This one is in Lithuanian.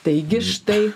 taigi štai